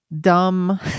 dumb